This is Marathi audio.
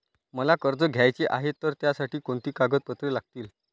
मला कर्ज घ्यायचे आहे तर त्यासाठी कोणती कागदपत्रे लागतील?